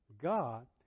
God